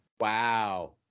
Wow